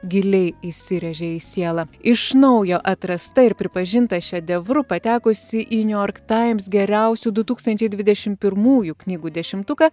giliai įsirėžė į sielą iš naujo atrasta ir pripažinta šedevru patekusi į niujork taims geriausių du tūkstančiai dvidešim pirmųjų knygų dešimtuką